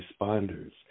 responders